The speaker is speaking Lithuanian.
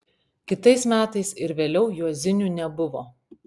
kitais metais ir vėliau juozinių nebuvo